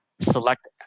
select